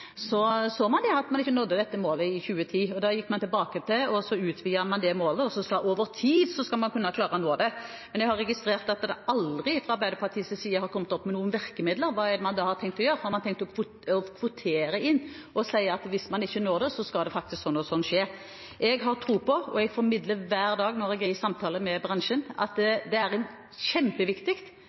man så at man ikke nådde dette målet i 2010, og da gikk man tilbake og utvidet det målet og sa at over tid skal man klare å nå det. Men jeg har registrert at man fra Arbeiderpartiets side aldri har kommet opp med noen virkemidler. Hva har man da tenkt å gjøre? Har man tenkt å kvotere inn og si at hvis man ikke når målet, så skal så og så skje? Jeg har tro på – og jeg formidler det hver dag når jeg er i samtaler med bransjen – at det er kjempeviktig at man tar alle krefter i bruk, og jeg opplever på mange områder at det er en